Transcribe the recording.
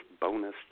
bonus